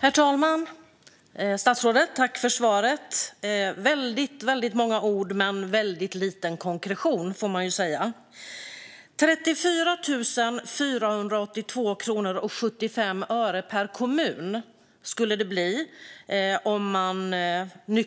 Herr talman! Tack för svaret, statsrådet! Det var väldigt många ord men väldigt lite konkretion, får man säga. Det skulle bli 34 482 kronor och 75 öre per kommun om man